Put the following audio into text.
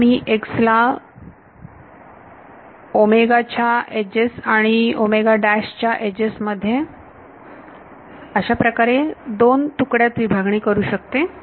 आता मी x ला च्या एजेस आणि च्या एजेस मध्ये अशाप्रकारे दोन तुकड्यात विभागणी करू शकते